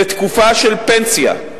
לתקופה של פנסיה,